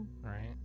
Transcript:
right